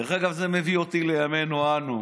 דרך אגב, זה מביא אותי לימינו אנו.